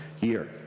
year